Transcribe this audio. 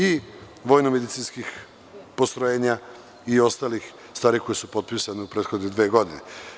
I vojno medicinskih postrojenja i ostalih stvari koje su potpisane u prethodne dve godine.